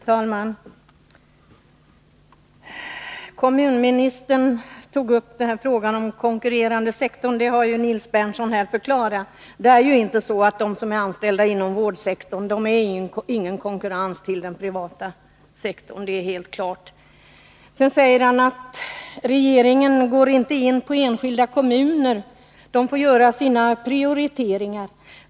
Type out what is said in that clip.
Fru talman! Kommunministern tog upp frågan om den konkurrerande sektorn, och det har ju Nils Berndtson förklarat. Det är inte så att de som är anställda inom vårdsektorn är några konkurrenter till de anställda i den privata sektorn. Det är helt klart. Sedan sade kommunministern att regeringen inte går in på enskilda kommuner, utan de får göra sina prioriteringar.